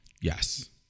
Yes